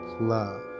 love